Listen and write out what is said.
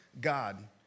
God